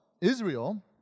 Israel